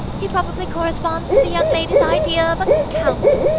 he probably corresponds to the young lady's idea of a count.